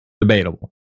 Debatable